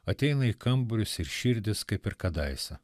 ateina į kambarius ir širdis kaip ir kadaise